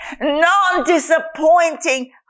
non-disappointing